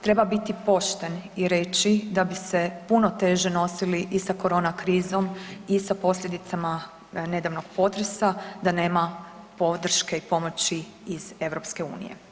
Treba biti pošten i reći da bi se puno teže nosili i sa korona krizom i sa posljedicama nedavnog potresa da nema podrške i pomoći iz EU.